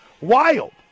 wild